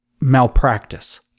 malpractice